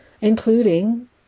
including